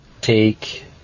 take